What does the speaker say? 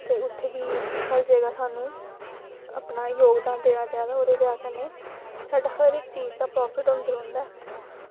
ते इत्थें बी जेह्ड़ा सानूं जोगदान देना चाहिदा एह्दे स्हाब कन्नै साढ़ी हर इक्क चीज़ दा प्राफिट होंदा रौंह्दा ऐ